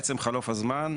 עצם חלוף הזמן,